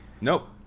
Nope